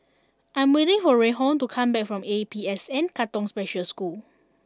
I am waiting for Reinhold to come back from A P S N Katong Special School